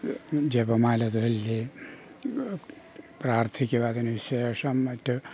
ജപമാല ചൊല്ലി പ്രാർത്ഥിക്കും അതിനുശേഷം മറ്റ്